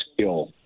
skill